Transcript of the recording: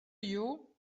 you